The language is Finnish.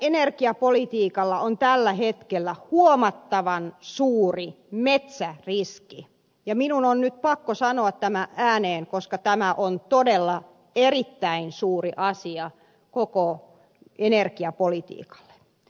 suomen energiapolitiikalla on tällä hetkellä huomattavan suuri metsäriski ja minun on nyt pakko sanoa tämä ääneen koska tämä on todella erittäin suuri asia koko energiapolitiikalle